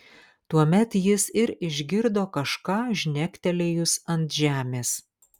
tuomet jis ir išgirdo kažką žnektelėjus ant žemės